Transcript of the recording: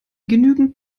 genügend